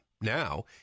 Now